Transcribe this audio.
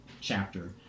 chapter